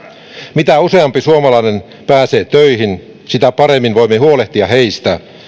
mitä useampi suomalainen pääsee töihin sitä paremmin voimme huolehtia heistä